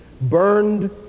burned